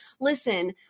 Listen